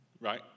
right